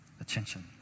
attention